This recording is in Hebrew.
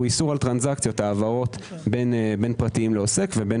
הוא איסור על העברות בין פרטיים לעוסק ובין